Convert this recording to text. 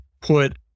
put